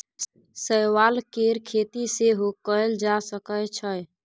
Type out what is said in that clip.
शैवाल केर खेती सेहो कएल जा सकै छै